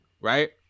right